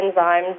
enzymes